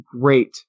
great